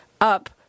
up